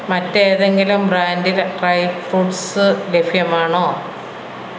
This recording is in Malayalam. മറ്റേതെങ്കിലും ബ്രാൻഡിൽ ഡ്രൈ ഫ്രൂട്ട്സ് ലഭ്യമാണോ